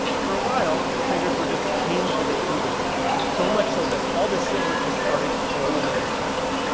for a while, traders were just paying for the tea with silver, so much so that all this silver just started flowing into china.